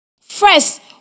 First